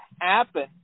happen